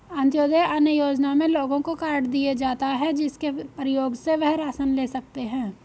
अंत्योदय अन्न योजना में लोगों को कार्ड दिए जाता है, जिसके प्रयोग से वह राशन ले सकते है